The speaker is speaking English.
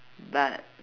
but